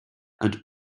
and